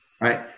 right